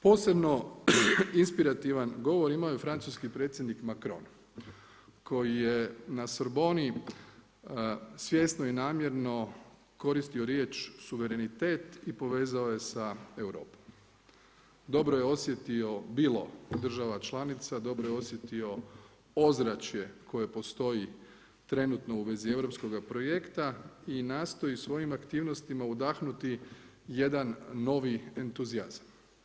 Posebno inspirativan govor imao je francuski predsjednik Macron koji je na Sorbonni svjesno i namjerno koristio riječ suverenitet i povezao je sa Europom, dobro je osjetio bilo država članica, dobro je osjetio ozračje koje postoji trenutno u vezi europskoga projekta i nastoji svojim aktivnostima udahnuti jedan novi entuzijazam.